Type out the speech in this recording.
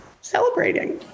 celebrating